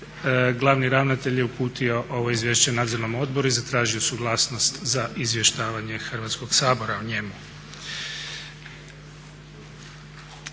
glavni ravnatelj je uputio ovo izvješće nadzornom odboru i zatražio suglasnost za izvještavanje Hrvatskoga sabora o njemu.